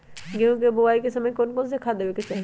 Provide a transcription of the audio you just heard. गेंहू के बोआई के समय कौन कौन से खाद देवे के चाही?